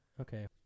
Okay